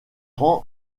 rend